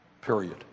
period